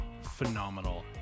phenomenal